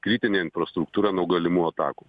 kritinę infrastruktūrą nuo galimų atakų